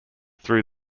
through